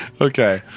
okay